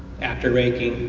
after raking,